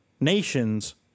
nations